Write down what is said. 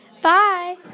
Bye